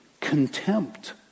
contempt